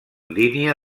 línia